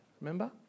remember